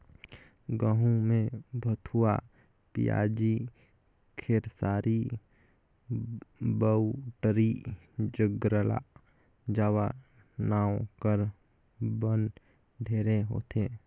गहूँ में भथुवा, पियाजी, खेकसारी, बउटरी, ज्रगला जावा नांव कर बन ढेरे होथे